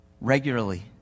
regularly